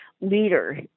leader